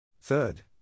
Third